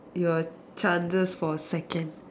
your chances for a second